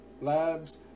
Labs